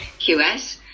QS